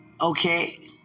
Okay